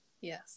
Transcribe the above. Yes